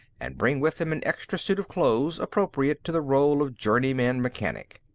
and bring with him an extra suit of clothes appropriate to the role of journeyman-mechanic.